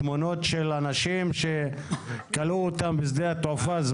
תמונות של אנשים שזמנית כלאו אותם בשדה התעופה.